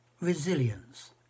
resilience